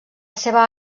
seva